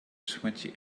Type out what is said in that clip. twenty